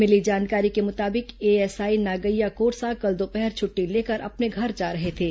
मिली जानकारी के मुताबिक एएसआई नागैय्या कोरसा कल दोपहर छुट्टी लेकर अपने घर जा रहे थे